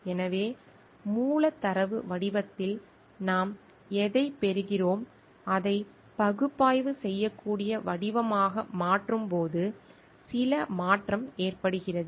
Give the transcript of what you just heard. எனவே மூல தரவு வடிவத்தில் நாம் எதைப் பெறுகிறோம் அதை பகுப்பாய்வு செய்யக்கூடிய வடிவமாக மாற்றும்போது சில மாற்றம் ஏற்படுகிறது